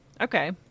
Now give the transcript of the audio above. okay